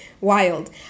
wild